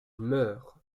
meurt